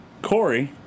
Corey